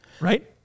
right